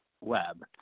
web